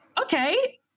okay